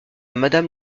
madame